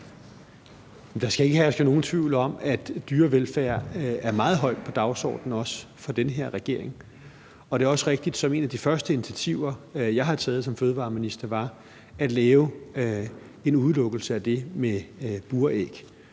Der skal ikke herske nogen tvivl om, at dyrevelfærd er meget højt på dagsordenen også for den her regering. Og det er også rigtigt, at et af de første initiativer, jeg tog som fødevareminister, var at lave en udelukkelse af det med buræg,